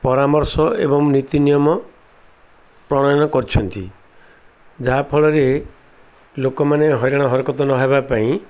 ପରାମର୍ଶ ଏବଂ ନୀତି ନିୟମ ପ୍ରଣୟନ କରିଛନ୍ତି ଯାହାଫଳରେ ଲୋକମାନେ ହଇରାଣ ହରକତ ନ ହେବା ପାଇଁ